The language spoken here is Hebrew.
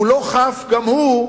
שהוא לא חף, גם הוא,